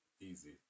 Easy